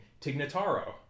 Tignataro